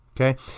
Okay